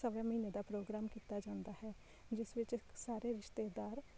ਸਵੇ ਮਹੀਨੇ ਦਾ ਪ੍ਰੋਗਰਾਮ ਕੀਤਾ ਜਾਂਦਾ ਹੈ ਜਿਸ ਵਿੱਚ ਸਾਰੇ ਰਿਸ਼ਤੇਦਾਰ